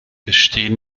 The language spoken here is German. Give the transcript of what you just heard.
stehen